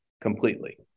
Completely